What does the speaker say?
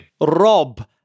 Rob